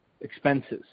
expenses